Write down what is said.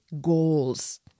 goals